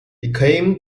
became